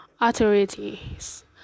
authorities